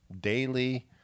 daily